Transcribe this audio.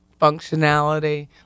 functionality